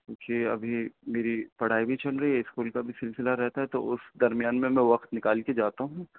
کیونکہ ابھی میری پڑھائی بھی چل رہی ہے اسکول کا بھی سلسلہ رہتا ہے تو اس درمیان میں میں وقت نکال کے جاتا ہوں